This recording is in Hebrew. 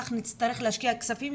כך נצטרך להשקיע יותר כספים,